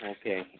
okay